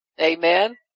Amen